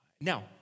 Now